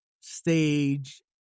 stage